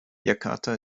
jakarta